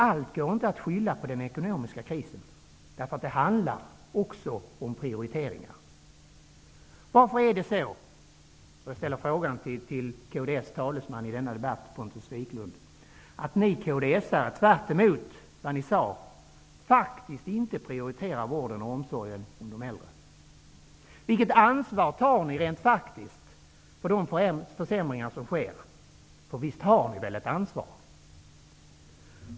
Allt går inte att skylla på den ekonomiska krisen. Det handlar också om prioriteringar. Jag vill ställa några frågor till kds talesman i denna debatt, Pontus Wiklund: Varför är det så att ni kds:are, tvärtemot vad ni sade, faktiskt inte prioriterar vården av och omsorgen om de äldre? Vilket ansvar tar ni rent faktiskt för de försämringar som sker? För visst har ni väl ett ansvar?